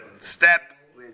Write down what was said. step